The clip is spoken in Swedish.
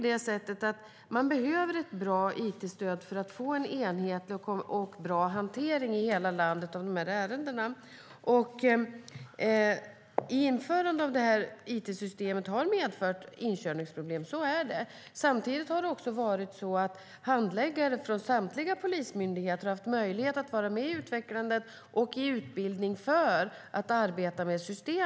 Det behövs ett bra it-stöd för att vi ska få en enhetlig och bra hantering i hela landet av dessa ärenden. Införandet av detta it-system har medfört inkörningsproblem. Så är det. Samtidigt har handläggare från samtliga polismyndigheter haft möjlighet att vara med i utvecklandet av systemet och fått utbildning för att arbeta med det.